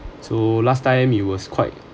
so last time he was quite